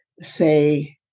say